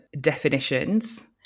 definitions